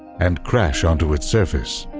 and crash onto its surface.